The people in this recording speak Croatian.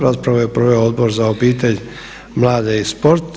Raspravu je proveo Odbor za obitelj, mlade i sport.